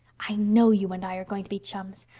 i know you and i are going to be chums.